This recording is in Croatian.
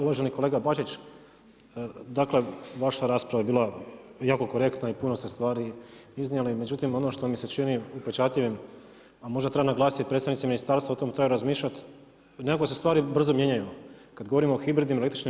Uvaženi kolega Bačić, dakle vaša rasprava je bila jako korektna i puno ste stvari iznijeli, međutim ono što mi se čini upečatljivim a možda treba naglasiti i predstavnici ministarstva o tome trebaju razmišljati, nekako se stvari brzo mijenjaju kada govorimo o hibridnim električnim.